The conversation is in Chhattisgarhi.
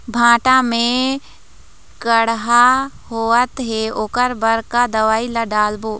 भांटा मे कड़हा होअत हे ओकर बर का दवई ला डालबो?